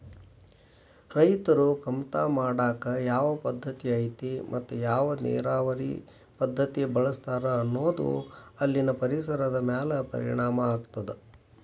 ರೈತರು ಕಮತಾ ಮಾಡಾಕ ಯಾವ ಪದ್ದತಿ ಐತಿ ಮತ್ತ ಯಾವ ನೇರಾವರಿ ಪದ್ಧತಿ ಬಳಸ್ತಾರ ಅನ್ನೋದು ಅಲ್ಲಿನ ಪರಿಸರದ ಮ್ಯಾಲ ಪರಿಣಾಮ ಆಗ್ತದ